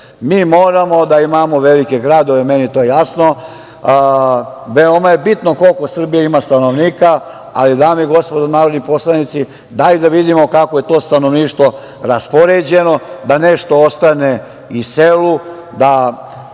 moramo da imamo velike gradove, meni je to jasno. Veoma je bitno koliko Srbija ima stanovnika, ali, dame i gospodo narodni poslanici, daj da vidimo kako je to stanovništvo raspoređeno, da nešto ostane i selu, da